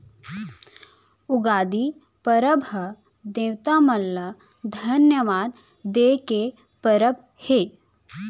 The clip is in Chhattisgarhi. उगादी परब ह देवता मन ल धन्यवाद दे के परब हे